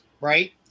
right